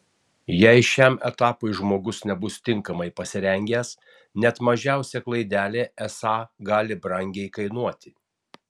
jei šiam etapui žmogus nebus tinkamai pasirengęs net mažiausia klaidelė esą gali brangiai kainuoti